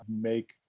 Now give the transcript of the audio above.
make